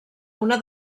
una